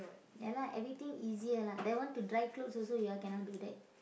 ya lah everything easier lah then want to dry clothes also you all cannot do that